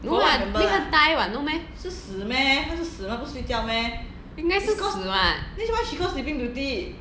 no lah make her die what no meh 应该是死 what